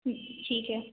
ठीक है